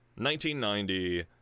1990